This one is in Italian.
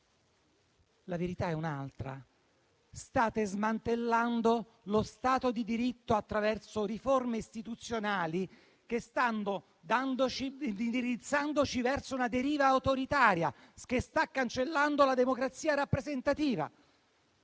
rappresentate: state smantellando lo Stato di diritto attraverso riforme istituzionali che ci stanno indirizzando verso una deriva autoritaria che sta cancellando la democrazia rappresentativa.